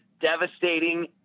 devastating